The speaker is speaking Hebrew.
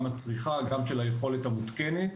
גם הצריכה וגם של היכולת המותקנת.